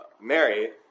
Mary